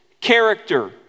character